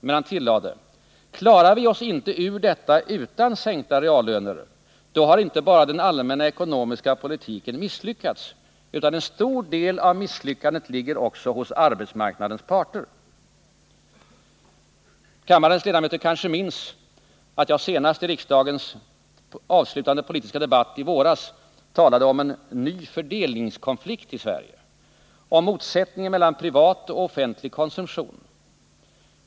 Men han tillade: ”Klarar vi oss inte ur detta utan sänkta reallöner, då har inte bara den allmänna ekonomiska politiken misslyckats utan en stor del av misslyckandet ligger också hos arbetsmarknadens parter.” Kammarens ledamöter kanske minns att jag i riksdagens avslutande politiska debatt i våras talade om ”en ny fördelningskonflikt” i Sverige, om motsättningen mellan privat och offentlig konsumtion.